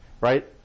Right